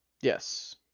Yes